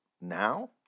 now